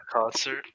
concert